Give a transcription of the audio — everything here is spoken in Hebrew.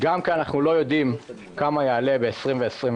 גם כי אנחנו לא יודעים כמה יעלה ב-2021,